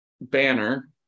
banner